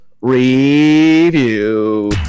review